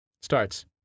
starts